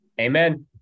Amen